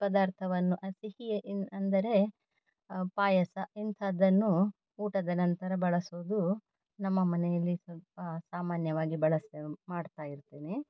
ಪದಾರ್ಥವನ್ನು ಆ ಸಿಹಿ ಇನ್ನು ಅಂದರೆ ಪಾಯಸ ಇಂತಹದನ್ನು ಊಟದ ನಂತರ ಬಳಸುವುದು ನಮ್ಮ ಮನೆಯಲ್ಲಿ ಸ್ವಲ್ಪ ಸಾಮಾನ್ಯವಾಗಿ ಬಳಸ್ತೇವೆ ಮಾಡುತ್ತಾ ಇರುತ್ತೇನೆ